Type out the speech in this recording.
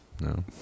No